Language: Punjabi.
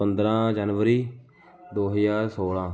ਪੰਦਰ੍ਹਾਂ ਜਨਵਰੀ ਦੋ ਹਜ਼ਾਰ ਸੋਲ੍ਹਾਂ